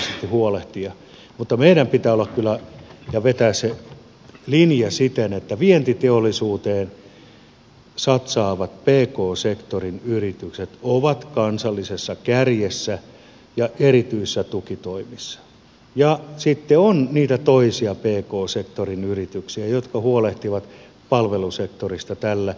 sen verran meidän pitää kansallisesti huolehtia ja vetää se linja siten että vientiteollisuuteen satsaavat pk sektorin yritykset ovat kansallisessa kärjessä ja erityisissä tukitoimissa ja sitten on niitä toisia pk sektorin yrityksiä jotka huolehtivat palvelusektorista tällä kansallisella tasolla